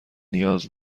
نیاز